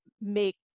make